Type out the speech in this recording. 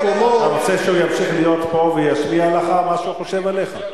אתה רוצה שהוא ימשיך להיות פה וישמיע לך מה שהוא חושב עליך?